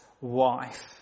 wife